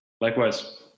Likewise